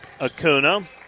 Acuna